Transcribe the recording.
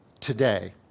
today